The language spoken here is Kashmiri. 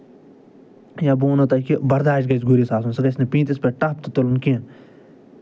یا بہٕ وَنو تۄہہِ کہِ برداشت گژھِ گُرِس آسُن سُہ گژھِ نہٕ پیٖنٛتِس پٮ۪ٹھ ٹَپھ تہِ تُلُن کیٚنٛہہ